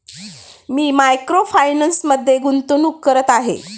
मी micro फायनान्समध्ये गुंतवणूक करत आहे